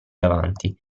avanti